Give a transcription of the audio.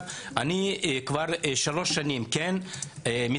כבר שלוש שנים שאנחנו כן מתרגמים,